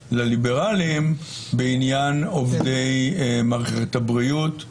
חברו לליברלים בעניין עובדי מערכת הבריאות.